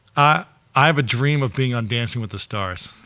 ah i have a dream of being on dancing with the stars.